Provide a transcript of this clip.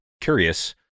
curious